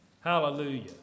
hallelujah